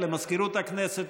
למזכירות הכנסת,